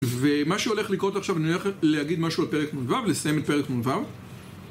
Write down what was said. ומה שהולך לקרות עכשיו אני הולך להגיד משהו על פרק נ"ו לסיים את פרק נ"ו